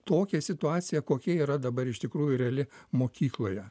tokią situaciją kokia yra dabar iš tikrųjų reali mokykloje